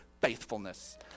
faithfulness